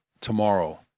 tomorrow